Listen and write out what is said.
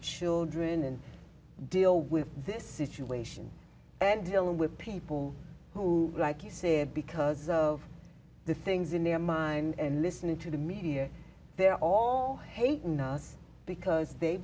children and deal with this situation and dealing with people who like you said because of the things in their mind and listening to the media they're all hate nuts because they